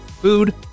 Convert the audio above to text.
food